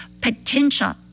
potential